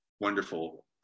wonderful